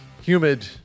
humid